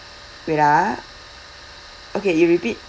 wait ah okay you repeat